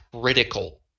critical